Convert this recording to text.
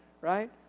Right